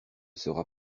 sera